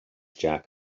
jack